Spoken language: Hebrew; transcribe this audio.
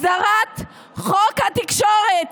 הסדרת חוק התקשורת,